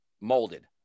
molded